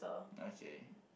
okay